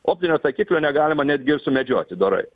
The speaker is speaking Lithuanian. optinio taikiklio negalima netgi ir sumedžioti dorai